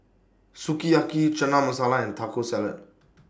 Sukiyaki Chana Masala and Taco Salad